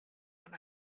man